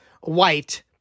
White